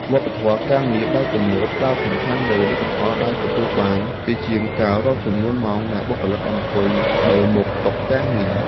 វប្បធម៌ការងារបែបទំនើបផ្ដោតសំខាន់លើលទ្ធផលដែលទទួលបានជាជាងការរាប់ចំនួនម៉ោងដែលបុគ្គលិកអង្គុយនៅមុខតុការងារ។